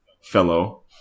fellow